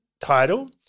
title